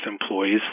employees